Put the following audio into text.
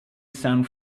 sound